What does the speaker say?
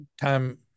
time